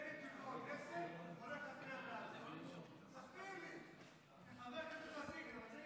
מרגי, איך אתה נואם נגד חברי הכנסת ומצביע בעדם?